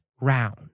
round